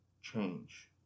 change